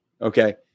Okay